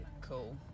cool